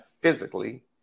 physically